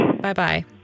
Bye-bye